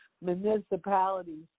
municipalities